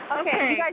Okay